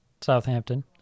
Southampton